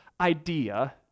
idea